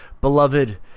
beloved